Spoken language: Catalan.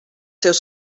seus